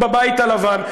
בבית הלבן,